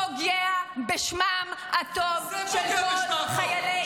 פוגע בשמם הטוב של כל חיילי ישראל.